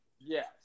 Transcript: Yes